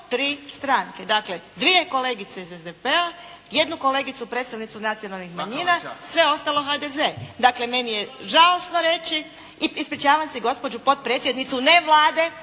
tri stranke. Dakle dvije kolegice iz SDP-a, jednu kolegicu predstavnicu nacionalnih manjina, sve ostalo HDZ. Dakle meni je žalosno reći, ispričavam se gospođu potpredsjednicu ne Vlade,